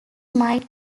might